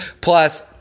Plus